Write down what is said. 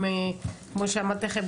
כמו שאמרתי לכם,